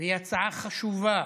והיא הצעה חשובה